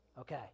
okay